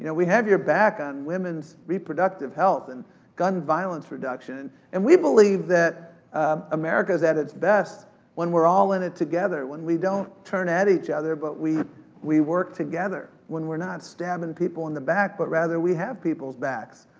yeah we have your back on women's reproductive health, and gun violence reduction, and we believe that america's at it's best when we're all in it together, when we don't turn at each other but we we work together. when we're not stabbin' people in the back but rather, we have peoples' backs.